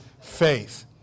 Faith